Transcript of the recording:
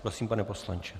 Prosím, pane poslanče.